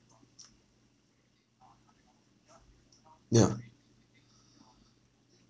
ya